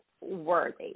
worthy